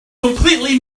completely